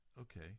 Okay